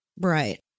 Right